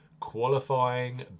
qualifying